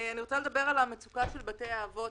אני רוצה לדבר על המצוקה של בתי האבות,